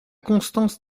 constance